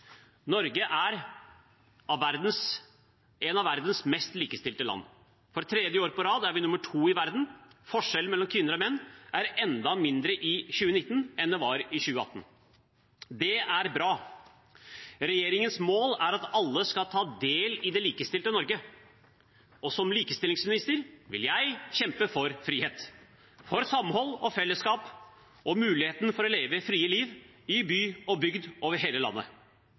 Norge er et av verdens mest likestilte land. For tredje år på rad er vi nr. 2 i verden. Forskjellen mellom kvinner og menn er enda mindre i 2019 enn den var i 2018. Det er bra. Regjeringens mål er at alle skal ta del i det likestilte Norge. Og som likestillingsminister vil jeg kjempe for frihet, for samhold og fellesskap og muligheten for å leve et fritt liv i by og bygd over hele landet